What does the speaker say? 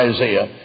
Isaiah